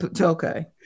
okay